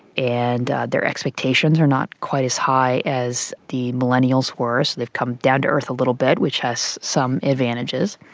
and their expectations are not quite as high as the millennials were, so they've come down to earth a little bit which has some advantages.